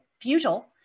futile